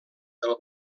del